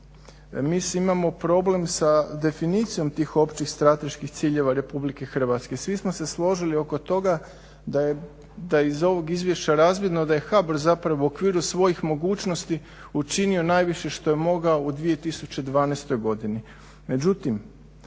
mi imamo problem sa definicijom tih općih strateških ciljeva Republike Hrvatske. Svi smo se složili oko toga da je iz ovog izvješća razvidno da je HBOR zapravo u okviru svojih mogućnosti učinio najviše što je mogao u 2012.godini.